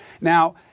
Now